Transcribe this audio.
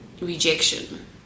rejection